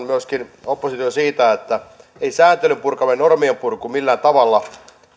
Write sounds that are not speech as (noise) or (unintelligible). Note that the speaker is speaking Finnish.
(unintelligible) myöskin haastan opposition siitä että ei säätelyn purkaminen normien purku millään tavalla